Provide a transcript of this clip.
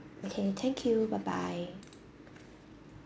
okay thank you bye bye